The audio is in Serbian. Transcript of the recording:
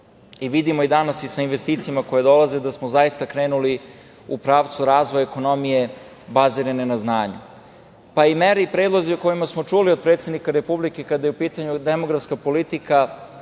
Vidimo i danas i sa investicijama koje dolaze da smo zaista krenuli u pravcu razvoja ekonomije bazirane na znanju. Mere i predlozi o kojima smo čuli od predsednika Republike kada je u pitanju demografska politika,